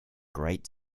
great